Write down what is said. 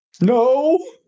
No